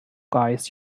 guys